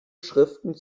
schriften